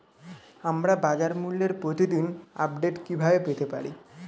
আমরা বাজারমূল্যের প্রতিদিন আপডেট কিভাবে পেতে পারি?